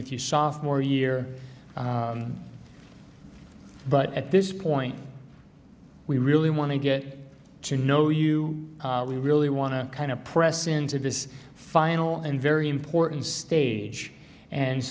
with you sophomore year but at this point we really want to get to know you we really want to kind of press into this final and very important stage and